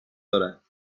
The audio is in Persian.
دارد